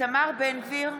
איתמר בן גביר,